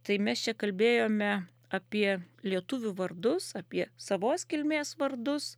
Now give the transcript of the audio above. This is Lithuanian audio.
tai mes čia kalbėjome apie lietuvių vardus apie savos kilmės vardus